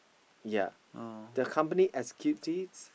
yea the company executives